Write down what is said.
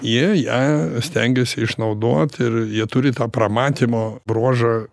jie ją stengiasi išnaudot ir jie turi tą pramatymo bruožą